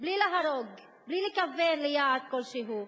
בלי להרוג, בלי לכוון ליעד כלשהו,